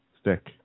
stick